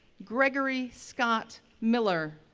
greggory scott miller,